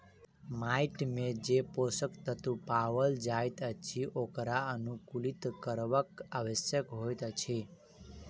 माइट मे जे पोषक तत्व पाओल जाइत अछि ओकरा अनुकुलित करब आवश्यक होइत अछि